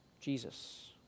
Jesus